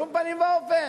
בשום פנים ואופן.